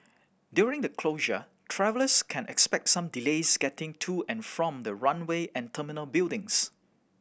during the closure travellers can expect some delays getting to and from the runway and terminal buildings